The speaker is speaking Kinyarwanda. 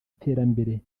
terambere